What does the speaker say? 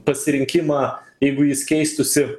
pasirinkimą jeigu jis keistųsi